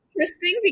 interesting